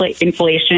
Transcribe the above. inflation